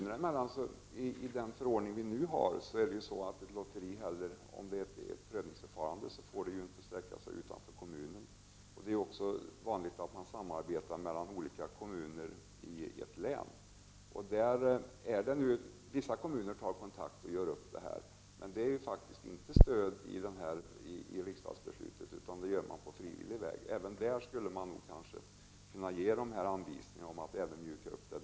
Enligt den förordning vi nu har får ett lotteri, som kräver prövningsförfarande, inte sträcka sig utanför kommunen. Det är vanligt att man samarbetar mellan olika kommuner i ett län. Vissa kommuner tar kontakt och gör upp. Man har inte stöd för det i riksdagsbeslutet, utan det görs på frivillig väg. Man skulle även där kunna ge anvisningar och mjuka upp det.